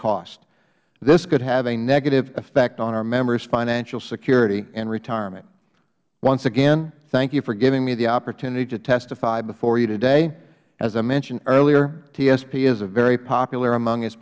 costs this could have a negative effect on our members financial security in retirement once again thank you for giving me the opportunity to testify before you today as i mentioned earlier tsp is a very popular among